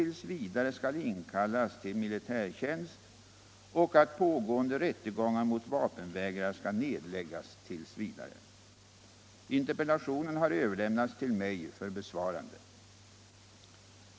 v. skall inkallas till militärtjänst och att pågående rättegångar mot vapenvägrare skall nedläggas t.v. Interpellationen har överlämnats till mig för besvarande.